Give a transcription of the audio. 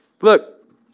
Look